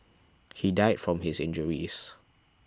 he died from his injuries